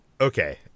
Okay